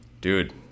dude